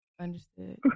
Understood